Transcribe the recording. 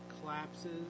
collapses